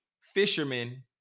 fishermen